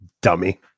dummy